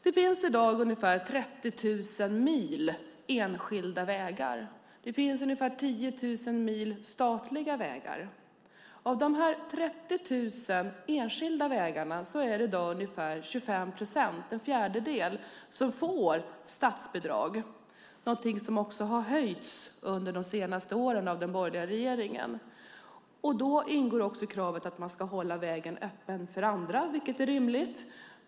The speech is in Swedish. Det finns i dag ungefär 30 000 mil enskilda vägar. Det finns ungefär 10 000 mil statliga vägar. Av de 30 000 milen enskilda vägar är det i dag ungefär 25 procent, en fjärdedel, som får statsbidrag, något som också har höjts de senaste åren av den borgerliga regeringen. Då ingår också kravet att man ska hålla vägen öppen för andra, vilket är rimligt.